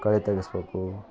ಕಳೆ ತೆಗಿಸ್ಬೇಕೂ